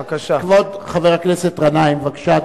כבוד חבר הכנסת גנאים, בבקשה.